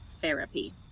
therapy